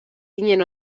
ginen